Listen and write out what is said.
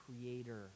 creator